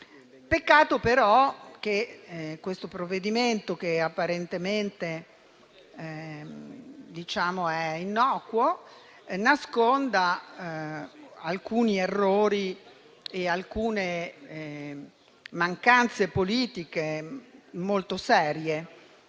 Peccato, però, che questo provvedimento, apparentemente innocuo, nasconda alcuni errori e alcune mancanze politiche molto serie.